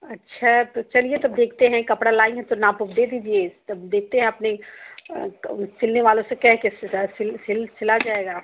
अच्छा तो चलिए तो देखते हैं कपड़ा लाई हैं तो नाप वाप दे दीजिए तब देखते हैं आपने क सिलने वालों से कह के सिजा सिल सिल सिला जाएगा आप